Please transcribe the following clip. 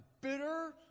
bitter